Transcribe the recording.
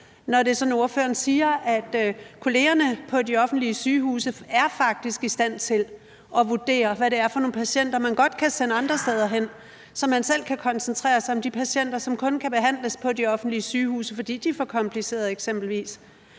når ordføreren siger, at kollegerne på de offentlige sygehuse faktisk er i stand til at vurdere, hvad det er for nogle patienter, man godt kan sende andre steder hen, så man selv kan koncentrere sig om de patienter, som kun kan behandles på de offentlige sygehuse, fordi det er for komplicerede sygdomme eksempelvis.